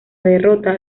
derrota